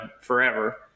forever